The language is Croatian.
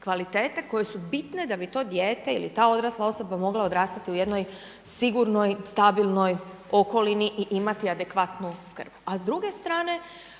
kvalitete koje su bitne da bi to dijete ili ta odrasla osoba mogla odrastati u jednoj sigurnoj, stabilnoj okolini i imati adekvatnu skrb. A s druge strane